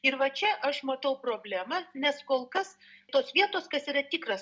ir va čia aš matau problema nes kol kas tos vietos kas yra tikras